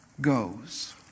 goes